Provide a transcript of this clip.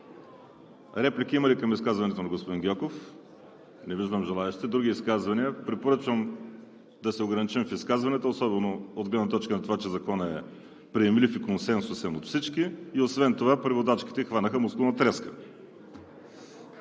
реплики към изказването на господин Гьоков? Не виждам желаещи. Други изказвания? Препоръчвам да се ограничим в изказванията, особено от гледна точка на това, че Законът е приемлив и консенсусен от всички. Освен това преводачките хванаха мускулна треска.